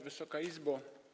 Wysoka Izbo!